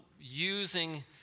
using